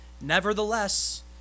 nevertheless